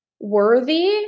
worthy